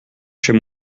chez